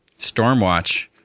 Stormwatch